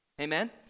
Amen